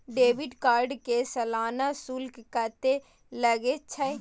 Debit card के सालाना शुल्क कत्ते लगे छै?